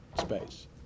space